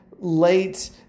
late